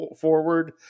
forward